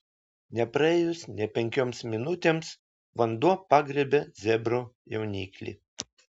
nepraėjus nė penkioms minutėms vanduo pagriebė zebro jauniklį